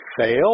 fail